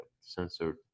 censored